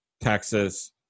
Texas